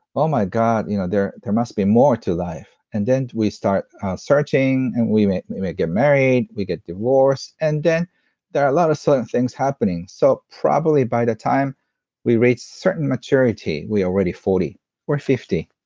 oh my god. you know there there must be more to life. and then we start searching, and we might we might get married, we get divorced. and then there are a lot of certain things happening. so, probably by the time we reach certain maturity, we are already forty or fifty,